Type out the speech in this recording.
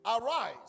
Arise